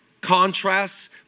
contrasts